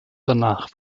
danach